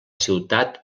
ciutat